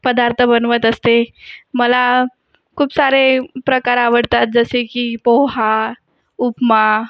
पदार्थ बनवत असते मला खूप सारे प्रकार आवडतात जसे की पोहा उपमा